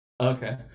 Okay